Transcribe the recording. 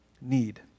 need